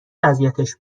اذیتش